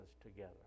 together